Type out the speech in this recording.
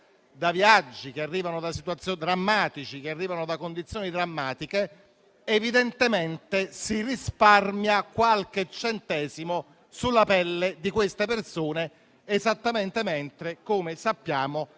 di persone che arrivano da viaggi drammatici e da condizioni drammatiche. Evidentemente si risparmia qualche centesimo sulla pelle di quelle persone, esattamente mentre - come sappiamo